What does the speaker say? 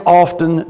often